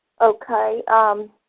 Okay